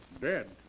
Dead